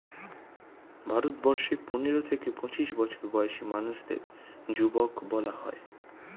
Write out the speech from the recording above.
ভারতবর্ষে পনেরো থেকে পঁচিশ বছর বয়সী মানুষদের যুবক বলা হয়